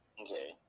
Okay